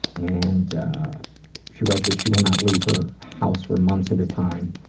and she writes that she will not leave her house for months at a time,